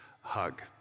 hug